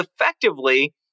effectively